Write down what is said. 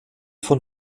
von